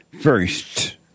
first